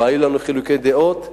והיו בינינו חילוקי דעות,